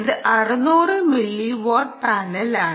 ഇത് 600 milli watt പാനലാണ്